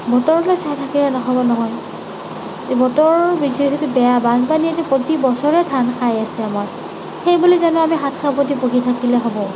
বতৰলৈ চাই থাকিলে নহ'ব নহয় বতৰৰ বেয়া বানপানী এতিয়া প্ৰতিবছৰে ধান খাই আছে আমাৰ সেইবুলি জানো আমি হাত সাৱটি বহি থাকিলে হ'ব